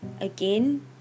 again